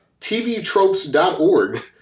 TVTropes.org